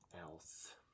else